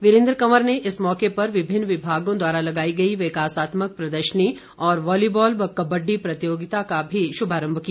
वीरेन्द्र कंवर ने इस मौके पर विभिन्न विभागों द्वारा लगाई गई विकासात्मक प्रदर्शनी और वॉलीबाल व कबड्डी प्रतियोगिता का भी शुभारम्म किया